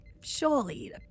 Surely